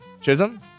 Chisholm